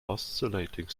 oscillating